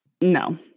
No